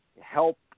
help